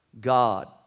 God